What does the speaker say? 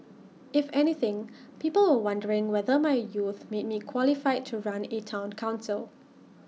if anything people were wondering whether my youth made me qualified to run A Town Council